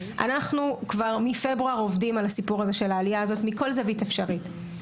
אנחנו כבר מפברואר עובדים על הסיפור של העלייה הזו מכל זווית אפשרית.